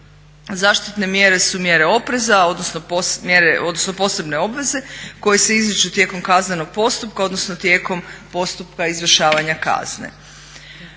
Zaštitne mjere su mjere opreza, odnosno posebne obveze koje se izriču tijekom kaznenog postupka odnosno tijekom postupka izvršavanja kazne.